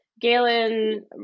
Galen